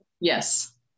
Yes